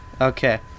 Okay